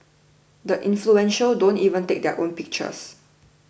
the influential don't even take their own photos